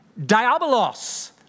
Diabolos